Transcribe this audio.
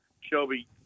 Shelby